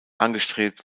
angestrebt